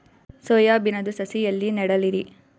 Soya ಬಿನದು ಸಸಿ ಎಲ್ಲಿ ನೆಡಲಿರಿ?